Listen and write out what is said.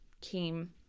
came